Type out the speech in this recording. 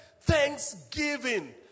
thanksgiving